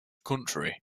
country